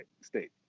state